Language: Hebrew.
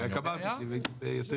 אני רוצה לפתוח את ישיבת הוועדה,